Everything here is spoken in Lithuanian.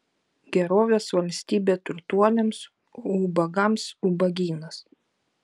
gerovės valstybė turtuoliams o ubagams ubagynas